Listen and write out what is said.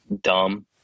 dumb